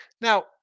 Now